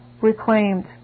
reclaimed